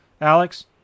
Alex